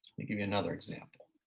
me give you another example.